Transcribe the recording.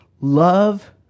love